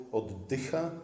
oddycha